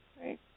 right